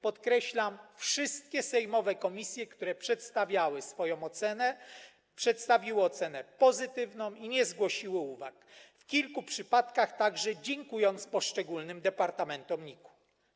Podkreślam: wszystkie sejmowe komisje, które przedstawiały swoją ocenę, przedstawiły ocenę pozytywną i nie zgłosiły uwag, w kilku przypadkach także dziękując poszczególnym departamentom NIK.